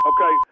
Okay